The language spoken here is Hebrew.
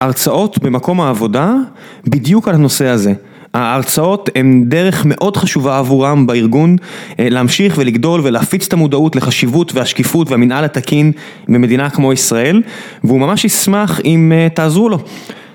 הרצאות במקום העבודה בדיוק על הנושא הזה, ההרצאות הן דרך מאוד חשובה עבורם בארגון להמשיך ולגדול ולהפיץ את המודעות לחשיבות והשקיפות והמנהל התקין במדינה כמו ישראל והוא ממש ישמח אם תעזרו לו